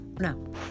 no